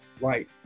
Right